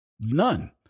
None